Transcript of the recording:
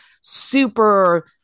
super